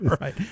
right